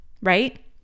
right